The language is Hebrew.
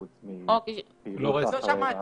חוץ מפעילות שאחרי המשחק.